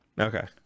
Okay